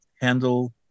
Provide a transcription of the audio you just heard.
handle